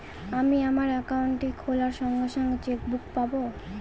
আমি আমার একাউন্টটি খোলার সঙ্গে সঙ্গে চেক বুক পাবো?